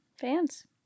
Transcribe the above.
fans